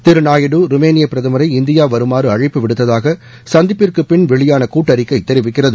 திரு நாயுடு ருமேனிய பிரதமரை இந்தியா வருமாறு அழைப்பு விடுத்ததாக சந்திப்புக்கு பின் வெளியான கூட்டறிக்கை தெரிவிக்கிறது